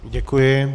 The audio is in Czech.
Děkuji.